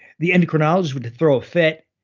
the endocrinologists would throw a fit.